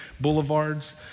boulevards